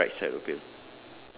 ya on the right side of it